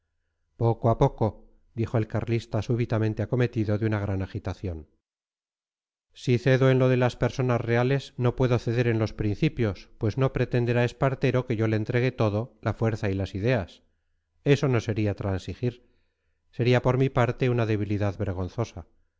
poco a poco dijo el carlista súbitamente acometido de una gran agitación si cedo en lo de las personas reales no puedo ceder en los principios pues no pretenderá espartero que yo le entregue todo la fuerza y las ideas eso no sería transigir sería por mi parte una debilidad vergonzosa